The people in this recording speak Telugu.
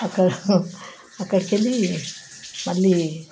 అక్కడ అక్కడికివెళ్ళి మళ్ళీ